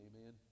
Amen